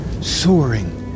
soaring